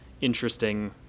interesting